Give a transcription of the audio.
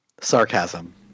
Sarcasm